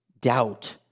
doubt